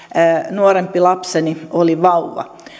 nuorempi lapseni oli vauva